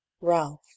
ralph